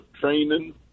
training